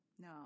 No